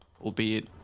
Albeit